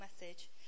message